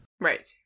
Right